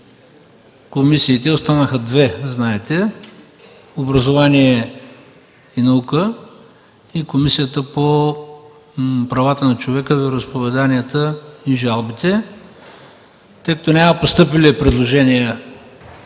комисиите, останаха две, както знаете: Комисията по образованието и науката и Комисията по правата на човека, вероизповеданията и жалбите. Тъй като няма постъпили предложения,